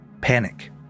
panic